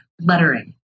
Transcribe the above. lettering